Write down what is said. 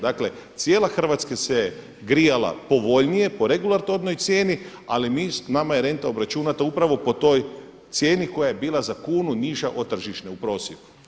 Dakle, cijela Hrvatska se grijala povoljnije po regulatornoj cijeni, ali mi, nama je renta obračunata upravo po toj cijeni koja je bila za kunu niža od tržišne u prosjeku.